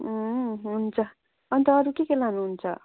उम् हुन्छ अन्त अरू के के लानुहुन्छ